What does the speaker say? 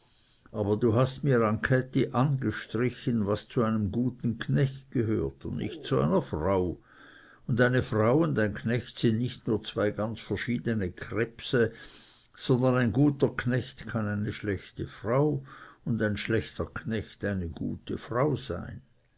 aber du hast mir an käthi ausgestrichen was zu einem guten knecht gehört und nicht zu einer frau und eine frau und ein knecht sind nicht nur ganz verschiedene krebse sondern ein guter knecht kann eine schlechte frau und ein schlechter knecht eine gute frau sein